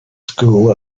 school